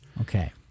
Okay